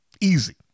Easy